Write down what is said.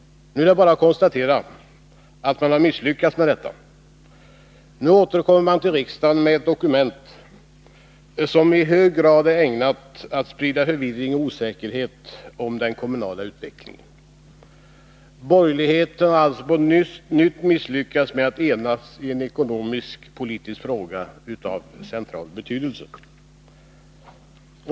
Nu är det bara att konstatera att man på nytt har misslyckats med detta. Nu återkommer man till riksdagen med ett dokument som i hög grad är ägnat att sprida förvirring och osäkerhet om den kommunala utvecklingen. Borgerligheten har på nytt misslyckats med att enas i en ekonomisk-politisk fråga av central betydelse.